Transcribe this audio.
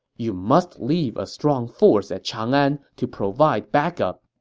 you must leave a strong force at chang'an to provide backup.